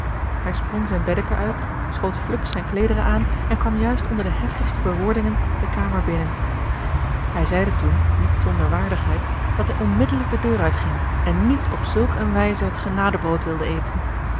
hij sprong zijn beddeke uit schoot fluks zijne kleederen aan en kwam juist onder de heftigste bewoordingen de kamer binnen hij zeide toen niet zonder waardigheid dat hij onmiddellijk de deur uitging en niet op zulk eene wijze het genadebrood wilde eten